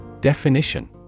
Definition